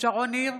שרון ניר,